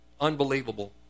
unbelievable